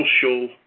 social